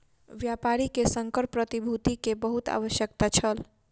व्यापारी के संकर प्रतिभूति के बहुत आवश्यकता छल